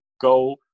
go